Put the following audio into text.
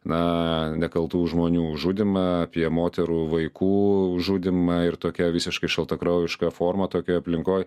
na nekaltų žmonių žudymą apie moterų vaikų žudymą ir tokia visiškai šaltakraujiška forma tokioj aplinkoj